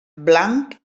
blanc